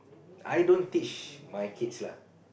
I don't teach my kids lah